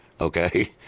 okay